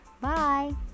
Bye